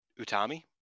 utami